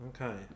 Okay